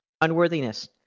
unworthiness